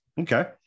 Okay